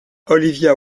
olivia